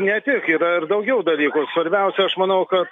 ne tik yra ir daugiau dalykų svarbiausia aš manau kad